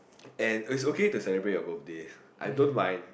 and it's okay to celebrate your birthday I don't mind